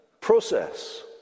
process